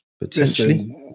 potentially